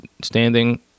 standing